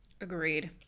Agreed